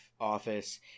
office